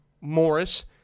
Morris